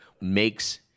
makes